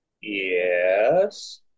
yes